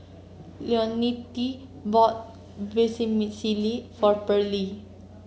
Leontine bought Vermicelli for Pearle